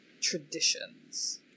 traditions